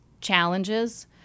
challenges